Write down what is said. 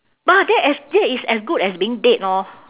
but that as that is as good as being dead lor